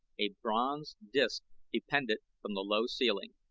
a bronze disc depended from the low ceiling.